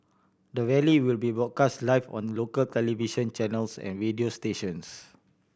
the rally will be broadcast live on local television channels and radio stations